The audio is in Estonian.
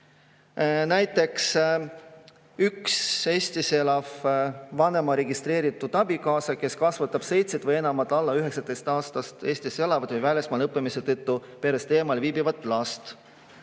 Näiteks Eestis elav vanema registreeritud abikaasa, kes kasvatab seitset või enamat alla 19-aastast Eestis elavat või välismaal õppimise tõttu perest eemal viibivat last.